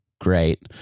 great